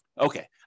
Okay